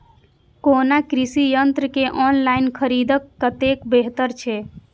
कोनो कृषि यंत्र के ऑनलाइन खरीद कतेक बेहतर छै?